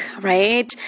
right